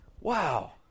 Wow